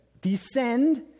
descend